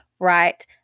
right